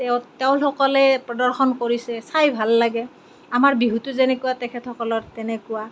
তেওঁ তেওঁসকলে প্ৰদৰ্শন কৰিছে চাই ভাল লাগে আমাৰ বিহুটো যেনেকুৱা তেখেতসকলৰ তেনেকুৱা